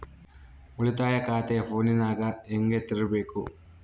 ಉಳಿತಾಯ ಖಾತೆ ಫೋನಿನಾಗ ಹೆಂಗ ತೆರಿಬೇಕು?